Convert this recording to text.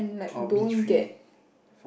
or B three